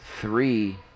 three